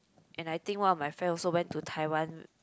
and I think one of my friend also went to Taiwan